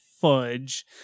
fudge